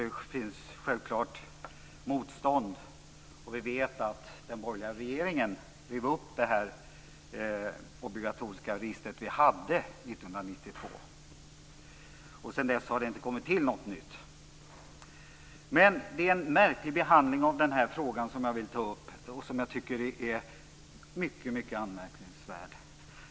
Det finns självfallet motstånd. Vi vet att den borgerliga regeringen rev upp det obligatoriska register vi hade 1992. Sedan dess har det inte kommit till något nytt. Det har varit en märklig behandling av den här frågan. Jag tycker att det är mycket anmärkningsvärt.